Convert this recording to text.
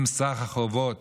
אם סך החובות